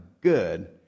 good